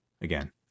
again